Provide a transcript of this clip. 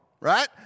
right